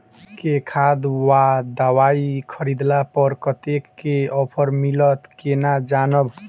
केँ खाद वा दवाई खरीदला पर कतेक केँ ऑफर मिलत केना जानब?